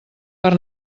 per